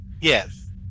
Yes